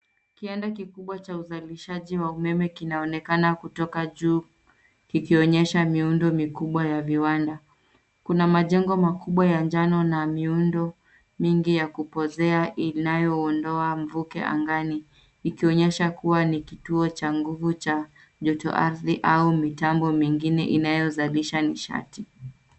Kiwanda kikubwa cha uzalishaji wa umeme kinaonekana kutoka juu kikionyesha miundo mikubwa ya viwanda. Kuna majengo makubwa ya njano na miundo mingi ya kupozea inayoondoa mvuke angani, ikionyesha kuwa ni kituo cha nguvu cha joto ardhi au mitambo mingine inayozalisha nishati.